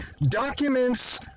Documents